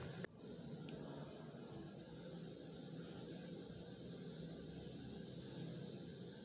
चना के फसल बर कोन तरीका ले सिंचाई करबो गा?